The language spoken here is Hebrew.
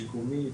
שיקומית,